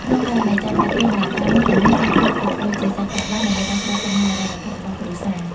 ក្នុងករណីចាំបាច់ គ្រឿងអលង្ការមាសទាំងនេះអាចយកទៅប្តូរជាសាច់ប្រាក់បាន ដើម្បីដោះស្រាយបញ្ហាហិរញ្ញវត្ថុរបស់គ្រួសារ។